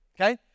Okay